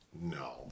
No